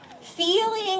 feeling